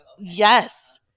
Yes